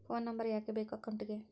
Phone number ಯಾಕೆ ಬೇಕು ಅಕೌಂಟಿಗೆ?